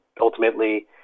Ultimately